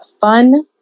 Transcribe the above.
fun